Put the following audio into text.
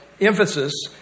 emphasis